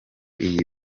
iyi